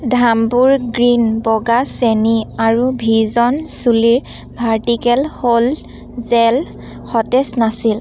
Dhampur green বগা চেনি আৰু ভি জ'ন চুলিৰ ভাৰ্টিকেল হ'ল্ড জেল সতেজ নাছিল